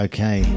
Okay